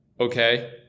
okay